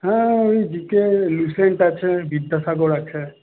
হ্যাঁ ওইদিকে লুসেন্ট আছে বিদ্যাসাগর আছে